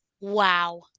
Wow